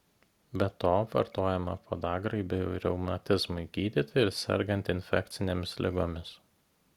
be to vartojama podagrai bei reumatizmui gydyti ir sergant infekcinėmis ligomis